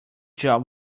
job